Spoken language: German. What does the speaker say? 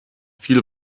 viel